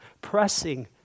pressing